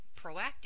proactive